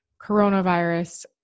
coronavirus